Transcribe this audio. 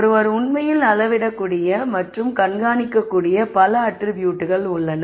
ஒருவர் உண்மையில் அளவிடக்கூடிய மற்றும் கண்காணிக்கக்கூடிய பல அட்ரிபியூட்கள் உள்ளன